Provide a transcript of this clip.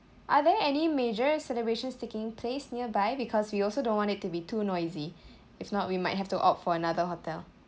are there any major celebrations taking place nearby because we also don't want it to be too noisy if not we might have to opt for another hotel